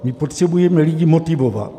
My potřebujeme lidi motivovat.